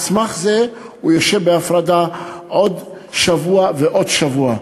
על סמך זה הוא יושב בהפרדה עוד שבוע ועוד שבוע.